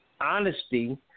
honesty